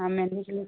हाँ मैनेजमेंट